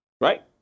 Right